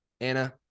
Anna